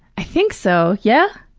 i think so, yeah?